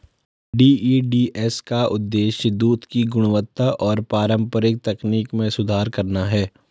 DEDS का उद्देश्य दूध की गुणवत्ता और पारंपरिक तकनीक में सुधार करना है